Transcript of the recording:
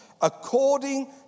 according